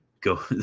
go